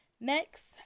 Next